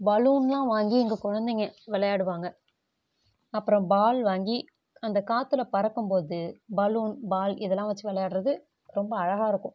பலூன்லாம் வாங்கி எங்கள் குழந்தைங்க விளையாடுவாங்க அப்புறோம் பால் வாங்கி அந்த காற்றுல பறக்கும்போது பலூன் பால் இதெல்லாம் வச்சு விளையாடுறது ரொம்ப அழகாக இருக்கும்